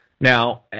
Now